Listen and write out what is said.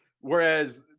Whereas